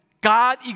God